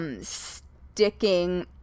sticking